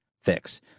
Fix